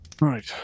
Right